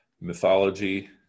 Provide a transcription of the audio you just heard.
mythology